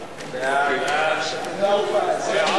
הצבעתי בעד ויצא נגד,